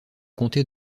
comté